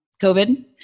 COVID